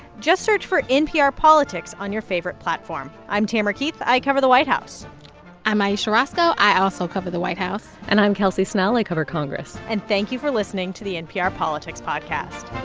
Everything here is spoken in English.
just search for npr politics on your favorite platform. i'm tamara keith. i cover the white house i'm ayesha rascoe. i also cover the white house and i'm kelsey snell. i cover congress and thank you for listening to the npr politics podcast